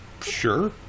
Sure